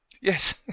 Yes